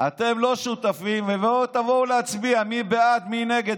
אתם לא שותפים, ולא תבואו להצביע מי בעד, מי נגד.